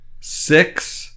six